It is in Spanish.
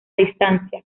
distancia